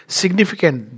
significant